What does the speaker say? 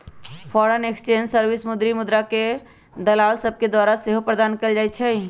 foreign exchange service विदेशी मुद्राके दलाल सभके द्वारा सेहो प्रदान कएल जाइ छइ